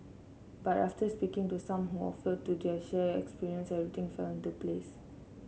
but after speaking to some who offered to their share experiences everything fell into place